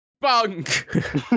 bunk